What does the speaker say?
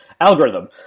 algorithm